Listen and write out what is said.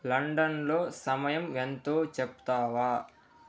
లండన్లో సమయం ఎంతో చెప్తావా